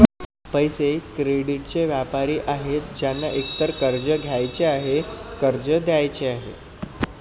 पैसे, क्रेडिटचे व्यापारी आहेत ज्यांना एकतर कर्ज घ्यायचे आहे, कर्ज द्यायचे आहे